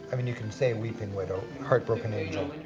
i mean you can say weeping widow, heartbroken angel.